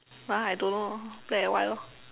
!huh! I don't know black and white lor